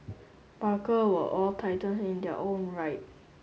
barker were all titans in their own right